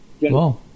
Wow